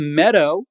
meadow